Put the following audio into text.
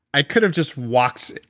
i could have just walked,